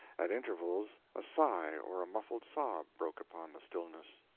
at intervals a sigh or a muffled sob broke upon the stillness.